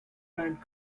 plant